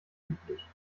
üblich